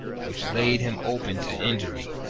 which laid him open to injury,